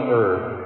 earth